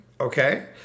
Okay